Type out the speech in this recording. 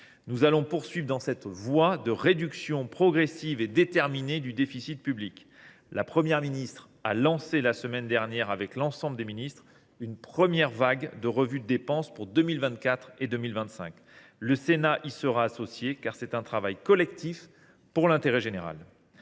Nous allons poursuivre dans cette voie de réduction progressive et déterminée du déficit public. La Première ministre a lancé la semaine dernière avec l’ensemble du Gouvernement une première vague de revues des dépenses pour 2024 et 2025. Le Sénat y sera associé, car c’est un travail collectif, pour l’intérêt général.